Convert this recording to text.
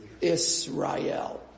Israel